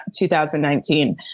2019